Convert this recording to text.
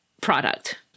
product